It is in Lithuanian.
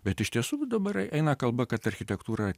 bet iš tiesų dabar eina kalba kad architektūra